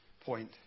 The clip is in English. point